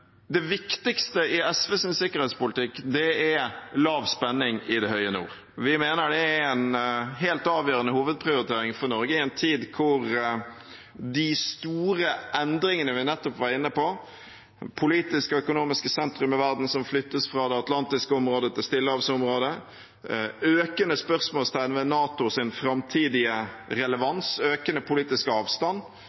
Det viktigste i SVs sikkerhetspolitikk er lav spenning i det høye nord. Vi mener det er en helt avgjørende hovedprioritering for Norge i en tid med de store endringene vi nettopp var inne på. Det gjelder det politiske og økonomiske sentrum i verden som flyttes fra det atlantiske området til stillehavsområdet, at det i økende grad settes spørsmålstegn ved NATOs framtidige